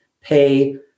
pay